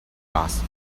gas